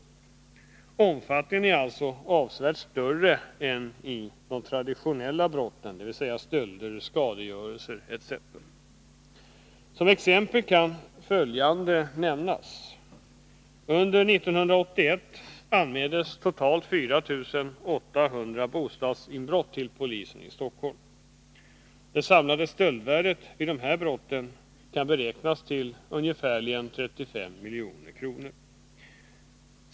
Beloppens omfattning i denna verksamhet är alltså avsevärt större än summorna när det gäller de traditionella brotten, dvs. stölder, skadegörelser etc. Som exempel kan följande nämnas. Under 1981 anmäldes totalt 4 800 bostadsinbrott till polisen i Stockholm. Det samlade stöldvärdet vid dessa brott kan beräknas till ca 35 milj.kr.